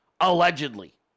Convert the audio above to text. allegedly